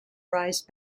rise